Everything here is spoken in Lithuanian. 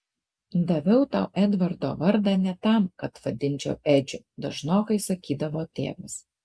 daviau tau edvardo vardą ne tam kad vadinčiau edžiu dažnokai sakydavo tėvas